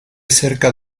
cerca